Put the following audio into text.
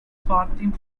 farthing